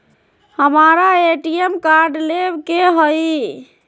हमारा ATM card लेव के हई